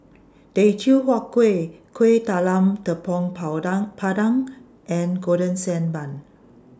Teochew Huat Kueh Kuih Talam Tepong Pandan and Golden Sand Bun